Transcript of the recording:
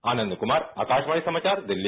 आनंद कुमार आकाशवाणी समाचार दिल्ली